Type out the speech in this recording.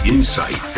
Insight